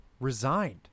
resigned